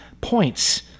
points